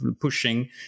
pushing